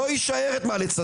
לא יישאר את מה לצנזר,